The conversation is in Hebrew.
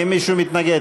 האם מישהו מתנגד?